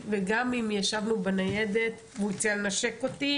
וגם אם ישבנו בניידת והוא הציע לנשק אותי